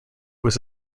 was